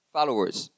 Followers